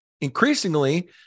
Increasingly